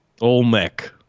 Olmec